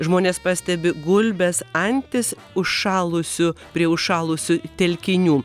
žmonės pastebi gulbes antis užšalusių prie užšalusių telkinių